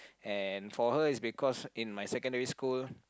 and for her it's because in my secondary school